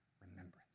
remembrance